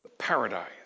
paradise